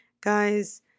Guys